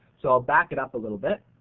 so i'll back it up a little bit.